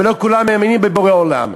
ולא כולם מאמינים בבורא עולם.